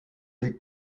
des